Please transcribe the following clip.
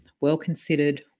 well-considered